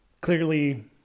clearly